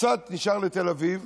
וקצת נשאר לתל אביב,